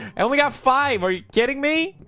and we got five. are you kidding me?